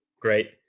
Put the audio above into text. Great